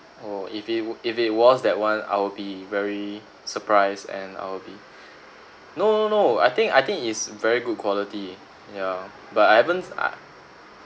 oh if it w~ if it was that one I will be very surprised and I will be no no no I think I think it's very good quality ya but I haven't I